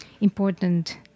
important